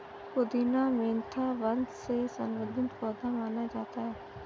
पुदीना मेंथा वंश से संबंधित पौधा माना जाता है